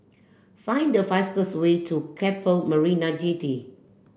find the fastest way to Keppel Marina Jetty